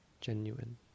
genuine